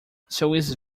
swiss